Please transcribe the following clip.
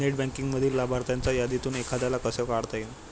Net बँकिंगमधील लाभार्थ्यांच्या यादीतून एखाद्याला कसे काढता येईल?